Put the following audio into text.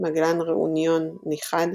מגלן ראוניון - נכחד